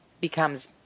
becomes